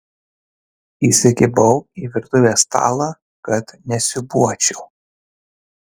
įsikibau į virtuvės stalą kad nesiūbuočiau